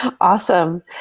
Awesome